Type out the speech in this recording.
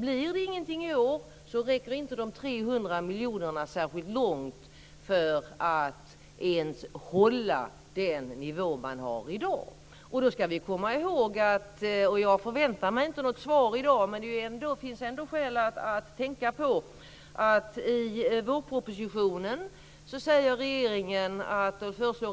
Blir det ingenting i år, räcker inte de 300 miljoner kronorna särskilt långt för att ens hålla den nivå som man har i dag. Jag förväntar mig inte något svar i dag, men det finns ändå skäl att tänka på att regeringen föreslår